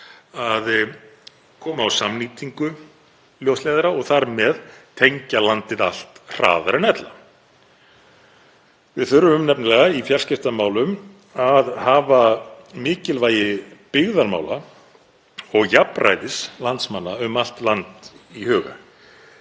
að koma á samnýtingu ljósleiðara og þar með tengja landið allt hraðar en ella. Við þurfum nefnilega í fjarskiptamálum að hafa mikilvægi byggðamála og jafnræðis landsmanna um allt land í huga.